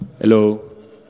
Hello